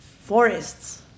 forests